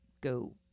Go